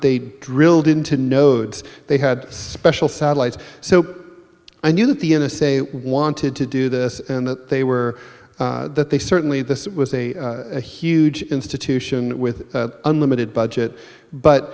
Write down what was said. they drilled into nodes they had special satellites so i knew that the n s a wanted to do this and that they were that they certainly this was a huge institution with unlimited budget but